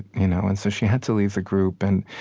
you know and so she had to leave the group. and